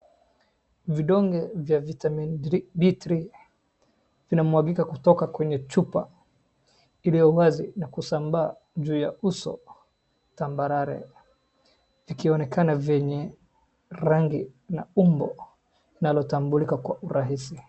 Vidonge vya vitamin D3, vinamwagika kutoka kwenye chupa iliyowazi na kusamba juu ya uso tambarare, vikionekana vyenye rangi na umbo inayotambulika kwa urahisi.